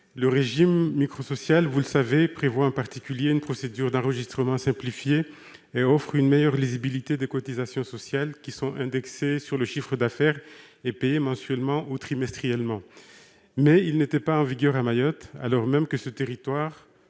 le régime microsocial, vous le savez, prévoit en particulier une procédure d'enregistrement simplifiée et offre une meilleure lisibilité des cotisations sociales qui sont indexées sur le chiffre d'affaires et payées mensuellement ou trimestriellement. Ce régime n'était pas en vigueur à Mayotte, alors même que ce territoire